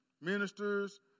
ministers